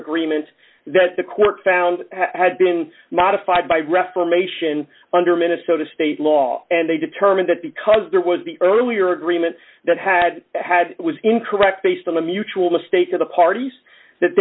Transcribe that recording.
agreement that the court found had been modified by reformation under minnesota state law and they determined that because there was the earlier agreement that had had it was incorrect based on the mutual the state of the parties that